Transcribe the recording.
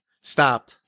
stop